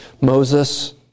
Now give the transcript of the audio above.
Moses